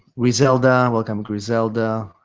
grizelda. welcome, grizelda.